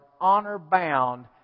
honor-bound